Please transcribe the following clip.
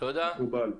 מקובל.